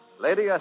Lady